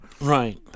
right